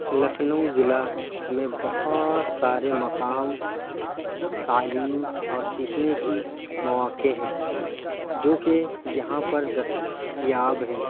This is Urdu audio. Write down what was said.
لکھنئو ضلع میں بہت سارے مقام تعلیم اور سیکھنے کی مواقع ہیں جو کہ یہاں پر دستیاب ہیں